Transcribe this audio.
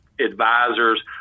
advisors